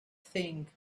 thing